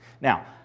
now